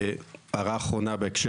הערה אחרונה בהקשר,